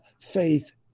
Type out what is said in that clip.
faith